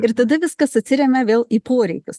ir tada viskas atsiremia vėl į poreikius